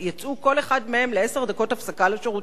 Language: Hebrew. כל אחד מהם יצא לעשר דקות הפסקה לשירותים,